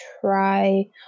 try